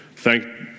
thank